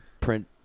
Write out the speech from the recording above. print